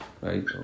right